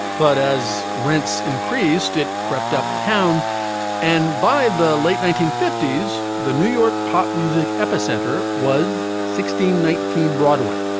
but as rents increased, it crept up town and by the late nineteen fifty s, the new york pop music epicenter was sixteen nineteen broadway.